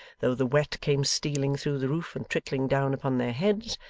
though the wet came stealing through the roof and trickling down upon their heads,